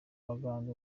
abagande